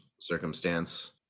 circumstance